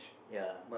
ya